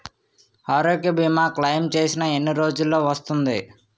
ఆరోగ్య భీమా క్లైమ్ చేసిన ఎన్ని రోజ్జులో వస్తుంది?